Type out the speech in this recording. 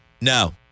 No